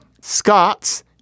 Scots